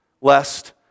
lest